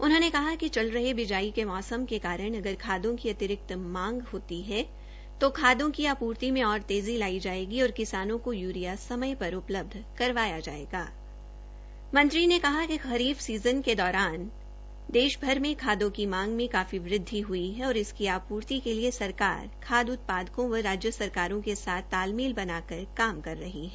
उन्होंने कहा कि चल रहे बिजाई मौसम के कारण अगर खादों को अतिरिक्त मांग होती है तो खादों की आपूर्ति में और तेज़ी लाई जायेगी और किसानों को यूरिया सीज़न के दौरान देशभर में खादों की मांग मे काफी वृद्वि हई है और इसकी आपूर्ति के लिए सरकार खाद उत्पादकों व राज्य सरकारों के साथ तालमेल बनाकर काम कर रही है